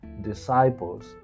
disciples